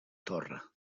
torre